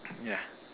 yeah